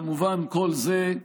כמובן, כל זה,